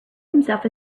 himself